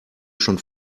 schon